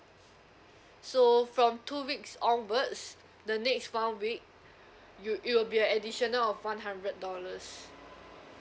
so from two weeks onwards the next one week you it'll be a additional of one hundred dollars